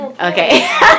Okay